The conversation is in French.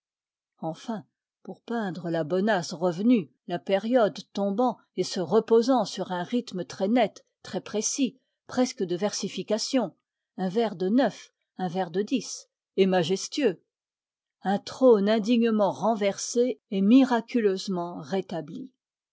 enfin pour peindre la bonace revenue la période tombant et se reposant sur un rythme très net très précis presque de versification un vers de neuf un vers de d et majestueux un trône indignement renversé et miraculeusement rétabli